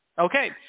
Okay